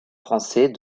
français